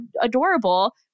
adorable